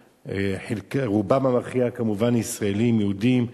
שרובם המכריע היו כמובן ישראלים יהודים,